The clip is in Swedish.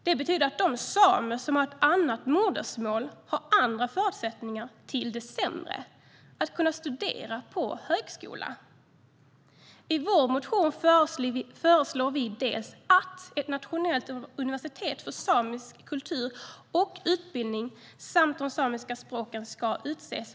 Det betyder att de samer som har ett annat modersmål har andra förutsättningar, till det sämre, att kunna studera på högskola. I vår motion föreslår vi att ett nationellt universitet för samisk kultur och utbildning samt de samiska språken ska utses.